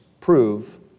prove